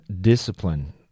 discipline